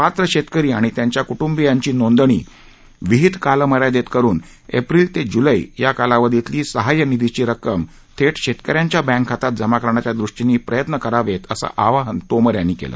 पात्र शेतकरी आणि त्यांच्या क्र यांची नोंदणी विहीत कालमर्यादेत करुन एप्रिल ते जुलै या कालावधीतली सहाय्य निधीची रक्कम थे शेतक याच्या बँक खात्यात जमा करण्याच्या दृष्टीनं प्रयत्न करावेत असं आवाहन तोमर यांनी केलं